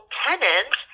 tenant